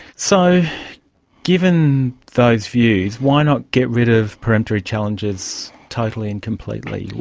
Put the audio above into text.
so given those views, why not get rid of peremptory challenges totally and completely?